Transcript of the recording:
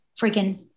freaking